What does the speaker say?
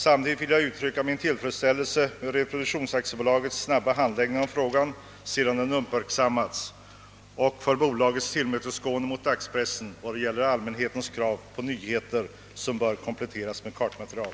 Samtidigt vill jag uttrycka min tillfredsställelse med reproduktionsaktiebolagets snabba handläggning av frågan sedan densamma uppmärksammats samt för bolagets tillmötesgående mot dagspressen i vad gäller allmänhetens krav på nyheter som bör kompletteras med kartmaterial.